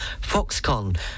Foxconn